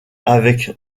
avec